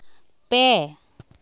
ᱯᱮ